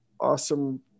awesome